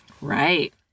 Right